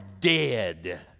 dead